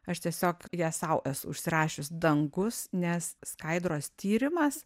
aš tiesiog ją sau esu užsirašius dangus nes skaidros tyrimas